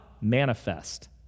manifest